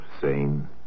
sane